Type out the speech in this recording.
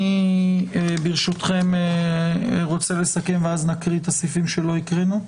אני ברשותכם רוצה לסכם ואז נקריא את הסעיפים שלא הקראנו.